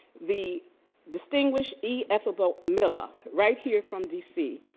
the distinguished e. ethelbert miller right here from dc,